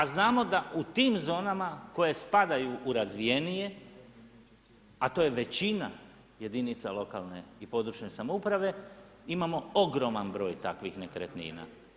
A znamo da u tim zonama koje spadaju u razvijenije, a to je većina jedinica lokalne i područne samouprave imamo ogroman broj takvih nekretnina.